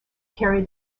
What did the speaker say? carry